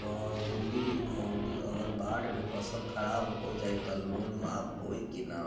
कैलि अउर अगर बाढ़ मे फसल खराब हो जाई त लोन माफ होई कि न?